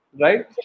right